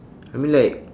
I mean like